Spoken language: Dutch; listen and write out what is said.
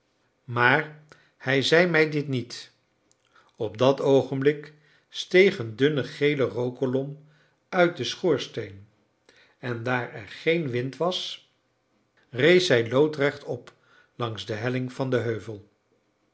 maar hij zei mij dit niet op dat oogenblik steeg een dunne gele rookkolom uit den schoorsteen en daar er geen wind was rees zij loodrecht op langs de helling van den heuvel